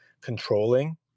controlling